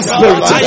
Spirit